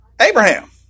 Abraham